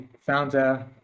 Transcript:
founder